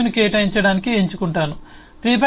6 ను కేటాయించటానికి ఎంచుకుంటాను 3